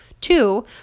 Two